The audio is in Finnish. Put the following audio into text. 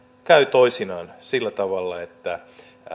käy toisinaan sillä tavalla että